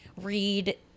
read